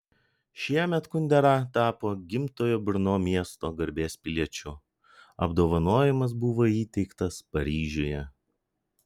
šiemet kundera tapo gimtojo brno miesto garbės piliečiu apdovanojimas buvo įteiktas paryžiuje